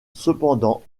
cependant